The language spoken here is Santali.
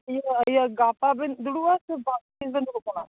ᱤᱭᱟᱹ ᱤᱭᱟᱹ ᱜᱟᱯᱟᱵᱤᱱ ᱫᱩᱲᱩᱵᱽᱼᱟ ᱥᱮ ᱵᱟᱝ ᱛᱤᱥᱵᱤᱱ ᱫᱩᱲᱩᱵᱽ ᱠᱟᱱᱟ